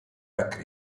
puntare